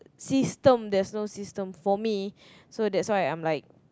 system there is no system for me so that's why I'm like